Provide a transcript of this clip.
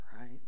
right